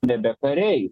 nebe kariai